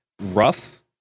rough